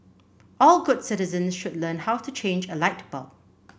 all good citizens should learn how to change a light bulb